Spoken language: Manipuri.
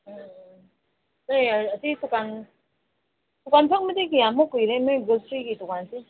ꯎꯝ ꯅꯣꯏ ꯑꯁꯤ ꯗꯨꯀꯥꯟ ꯗꯨꯀꯥꯟ ꯐꯝꯕꯗꯤ ꯀꯌꯥꯃꯨꯛ ꯀꯨꯏꯔꯦ ꯅꯣꯏ ꯒ꯭ꯔꯣꯁꯔꯤꯒꯤ ꯗꯨꯀꯥꯟꯁꯤ